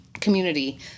community